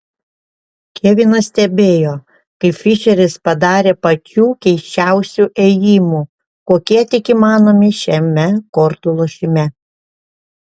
kevinas stebėjo kaip fišeris padarė pačių keisčiausių ėjimų kokie tik įmanomi šiame kortų lošime